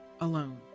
alone